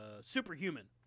Superhuman